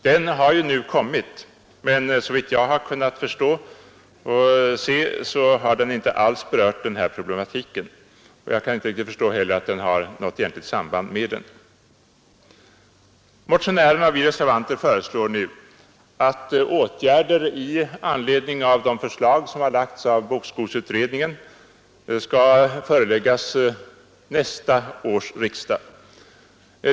Den har ju nu kommit med sitt betänkande, men såvitt jag har kunnat se har den inte alls berört den här problematiken, och jag kan inte heller riktigt förstå att den har något egentligt samband med den. Motionärerna och vi reservanter föreslår nu att åtgärder i anledning av de förslag som har lagts fram av bokskogsutredningen skall föreläggas nästa års riksdag.